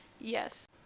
Yes